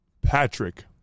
Patrick